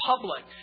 public